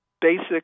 basic